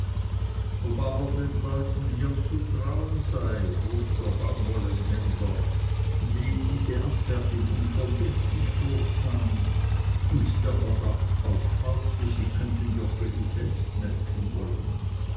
den leuten hier zu trauen sei frug der baumwollenhändler dem diese abfertigung verdächtig vorkam und der verdacht auftauchte sie könnten joggeli selbst melken wollen